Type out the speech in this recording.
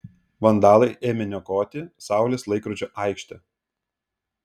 vandalai ėmė niokoti saulės laikrodžio aikštę